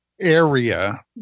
area